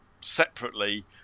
separately